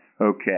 Okay